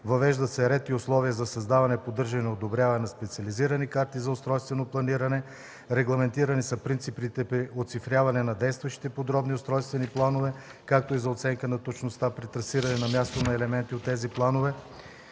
въвеждат се ред и условия за създаване, поддържане и одобряване на специализирани карти за устройствено планиране, регламентирани са принципите при оцифряване на действащите подробни устройствени планове, както и за оценка на точността при трасиране на място на елементи от тези планове.